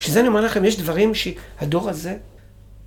שזה אני אומר לכם, יש דברים שהדור הזה...